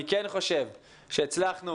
אני כן חושב שהצלחנו